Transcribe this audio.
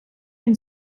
une